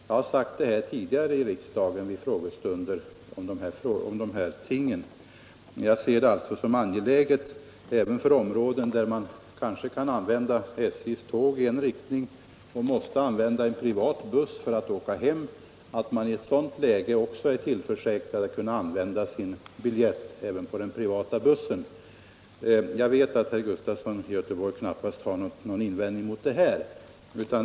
Det har jag framhållit tidigare vid frågestunder här i riksdagen. I sådana områden där man kan använda SJ:s tåg i ena riktningen men måste anlita en privat buss för att resa hem igen ser jag det som angeläget att de resande skall kunna använda sin biljett även på den privata bussen. Jag vet också att herr Gustafson knappast har någon invändning mot detta resonemang.